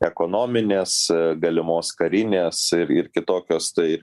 ekonominės galimos karinės ir ir kitokios ir